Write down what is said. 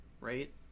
right